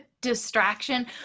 distraction